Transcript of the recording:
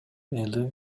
эле